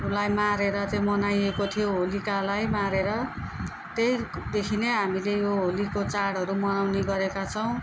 उसलाई मारेर चाहिँ मनाइएको थियो होलिकालाई मारेर त्यहीँदेखि नै हामीले यो होलीको चाडहरू मनाउने गरेका छौँ